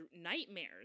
nightmares